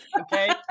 okay